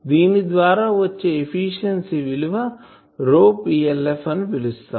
దీని ద్వారా వచ్చే ఎఫిషియన్సీ విలువ ని ρPLF అని పిలుస్తాం